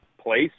place